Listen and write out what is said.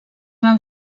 van